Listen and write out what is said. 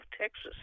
Texas